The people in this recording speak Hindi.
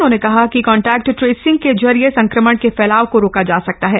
उन्होंने कहा कि कॉन्टेक्ट ट्रेसिंग के जरिये ही संक्रमण के फैलाव को रोका जा सकता है